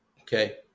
Okay